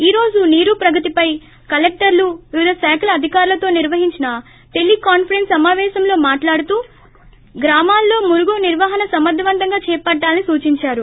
ఈ రోజు నీరు ప్రగతిపై కలెక్షర్లు వివిధ శాఖల అధికారులతో నిర్వహించిన టెలి కాన్సరెస్స్ సమావేశంలో మాట్లాడుతూ గ్రామాల్లో మురుగు నిర్వహణ సమర్దవంతంగా చేపట్లాలని సూచించారు